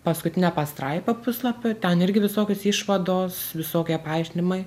paskutinę pastraipą puslapio ten irgi visokios išvados visokie paaiškinimai